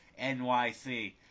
NYC